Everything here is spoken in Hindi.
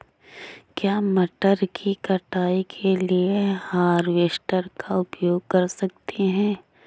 क्या मटर की कटाई के लिए हार्वेस्टर का उपयोग कर सकते हैं?